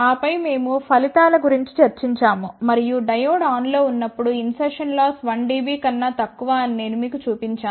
ఆపై మేము ఫలితాల గురించి చర్చించాము మరియు డయోడ్ ఆన్లో ఉన్నప్పుడు ఇన్సర్షస్ లాస్ 1 dB కన్నా తక్కువ అని నేను మీకు చూపించాను